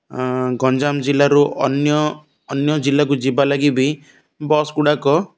ଗଞ୍ଜାମ ଜିଲ୍ଲାରୁ ଅନ୍ୟ ଅନ୍ୟ ଜିଲ୍ଲାକୁ ଯିବା ଲାଗି ବି ବସ୍ଗୁଡ଼ାକ